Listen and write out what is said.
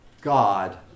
God